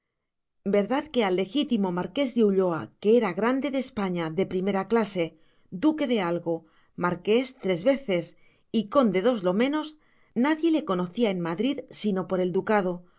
verdad que al legítimo marqués de ulloa que era grande de españa de primera clase duque de algo marqués tres veces y conde dos lo menos nadie le conocía en madrid sino por el ducado